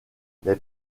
mais